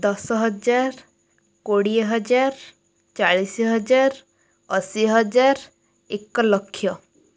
ଦଶ ହଜାର କୋଡ଼ିଏ ହଜାର ଚାଳିଶି ହଜାର ଅଶୀ ହଜାର ଏକ ଲକ୍ଷ